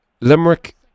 limerick